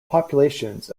populations